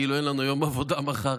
כאילו אין לנו יום עבודה מחר,